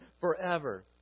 forever